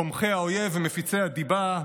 תומכי האויב ומפיצי הדיבה,